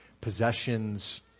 possessions